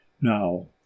Now